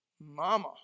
mama